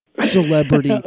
celebrity